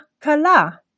kala